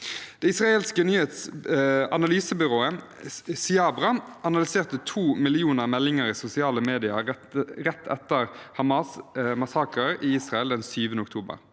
Det israelske analysebyrået Cyabra analyserte to millioner meldinger i sosiale medier rett etter Hamas’ massakrer i Israel den 7. oktober.